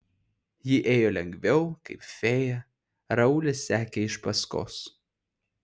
ji ėjo lengviau kaip fėja raulis sekė iš paskos